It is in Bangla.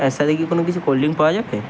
এর সাথে কি কোনো কিছু কোল্ড ড্রিঙ্ক পাওয়া যাবে